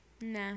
nah